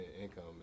income